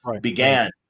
began